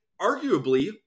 arguably